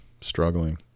struggling